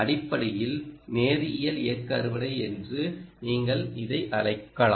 அடிப்படையில் நேரியல் இயக்க அறுவடை என்று நீங்கள் அதை அழைக்கலாம்